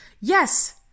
yes